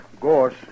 Gorse